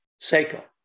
Seiko